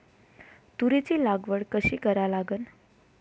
तुरीची लागवड कशी करा लागन?